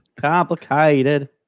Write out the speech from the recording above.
complicated